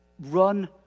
run